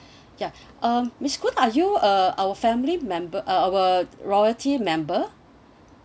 ya um miss koon are you uh our family member our loyalty member